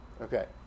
Okay